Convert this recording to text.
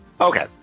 Okay